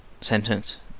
sentence